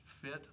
fit